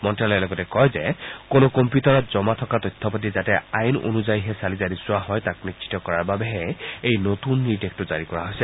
মন্ত্যালয়ে লগতে কয় যে কোনো কম্পিউটাৰত জমা থকা তথ্যপাতি যাতে আইন অনুযায়ীহে চালি জাৰি চোৱা হয় তাক নিশ্চিত কৰাৰ বাবেহে এই নতুন নিৰ্দেশটো জাৰি কৰা হৈছে